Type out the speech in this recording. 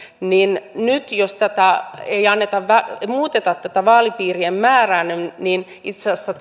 niin nyt jos ei muuteta tätä vaalipiirien määrää itse asiassa